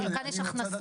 המודל הקודם מתבסס